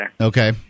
Okay